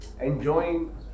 enjoying